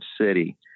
city